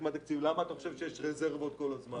למה אתה חושב שיש רזרבות כל הזמן?